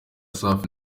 safi